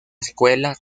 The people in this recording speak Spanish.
escuela